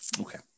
Okay